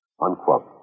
Unquote